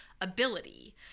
ability